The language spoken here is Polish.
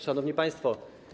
Szanowni Państwo!